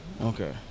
Okay